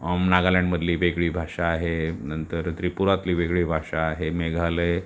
नागालँडमधली वेगळी भाषा आहे नंतर त्रिपुरातली वेगळी भाषा आहे मेघालय